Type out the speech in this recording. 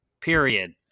period